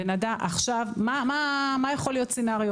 בן אדם, עכשיו, מה יכול להיות תרחיש?